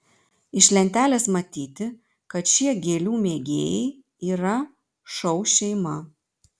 iš lentelės matyti kad šie gėlių mėgėjai yra šou šeima